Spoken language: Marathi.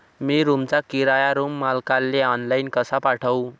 मी रूमचा किराया रूम मालकाले ऑनलाईन कसा पाठवू?